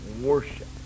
Worship